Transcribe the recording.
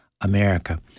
America